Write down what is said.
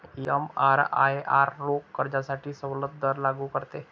एमआरआयआर रोख कर्जासाठी सवलत दर लागू करते